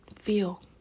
Feel